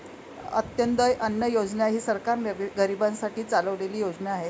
अंत्योदय अन्न योजना ही सरकार गरीबांसाठी चालवलेली योजना आहे